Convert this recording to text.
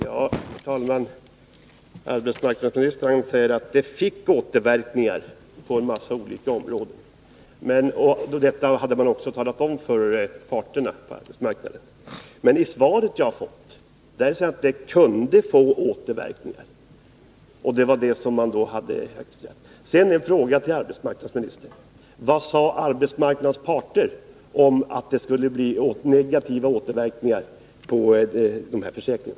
Herr talman! Arbetsmarknadsministern säger att det ändrade basbeloppet fick återverkningar på en mängd olika områden. Detta hade man också talat om för parterna på arbetsmarknaden. Men i svaret sägs att ett ändrat basbelopp kunde få återverkningar.